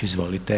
Izvolite.